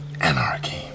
anarchy